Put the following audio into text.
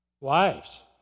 Wives